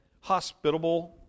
hospitable